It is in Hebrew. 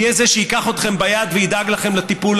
יהיה זה שייקח אתכם ביד וידאג לכם לטיפול